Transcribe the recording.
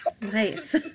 Nice